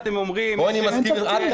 בוא אני מזכיר -- אין תקציב.